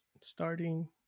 Starting